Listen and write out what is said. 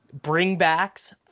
bringbacks